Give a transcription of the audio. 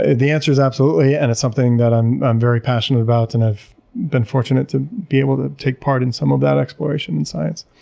ah the answer is, absolutely. and it's something that i'm i'm very passionate about and i've been fortunate to be able to take part in some of that exploration and science.